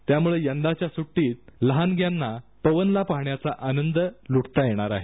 त्यामुळे यंदाच्या सुट्टीत लहानग्यांना पवनलां पाहण्याचा आनंद लुटता येणार आहे